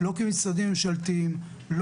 לא כמשרדים ממשלתיים,